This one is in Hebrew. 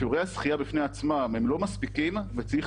שיעורי השחייה בפני עצמם לא מספיקים וצריך